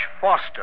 Foster